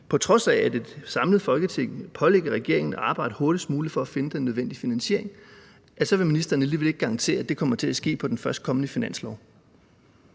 på trods af at et samlet Folketing vil pålægge regeringen at arbejde hurtigst muligt for at finde den nødvendige finansiering, så alligevel ikke vil garantere, at det kommer til at ske i den førstkommende finanslov.